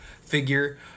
figure